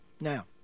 Now